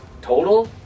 Total